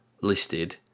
listed